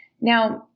Now